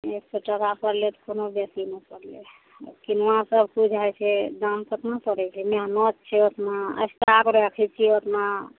एक सओ टाका पड़लय तऽ कोनो बेसी नहि पड़लय किनुआ सब किछु होइ छै दाम कतना पड़य छै मेहनत छै ओतना स्टाफ राखय छियै ओतना